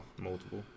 Multiple